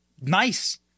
nice